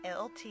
LT